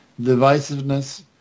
divisiveness